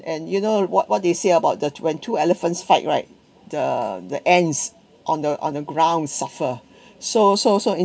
and you know what what they say about the when two elephants fight right the the ends on the on the ground suffer so so so